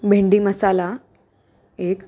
भेंडी मसाला एक